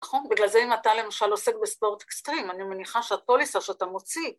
‫נכון? בגלל זה אם אתה, למשל, ‫עוסק בספורט אקסטרים, ‫אני מניחה שהפוליסה שאתה מוציא...